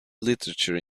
literature